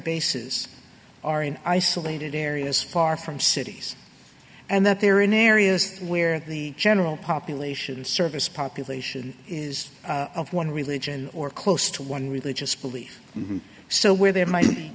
bases are in isolated areas far from cities and that they're in areas where the general population service population is of one religion or close to one religious belief and so where there might be